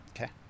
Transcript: okay